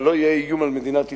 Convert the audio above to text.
ולא יהיה איום על מדינת ישראל.